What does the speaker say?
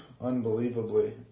unbelievably